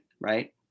right